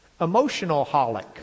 Emotional-holic